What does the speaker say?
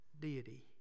deity